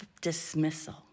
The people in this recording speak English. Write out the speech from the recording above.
dismissal